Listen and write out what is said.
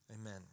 Amen